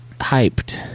hyped